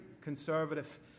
conservative